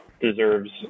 deserves